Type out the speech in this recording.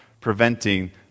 preventing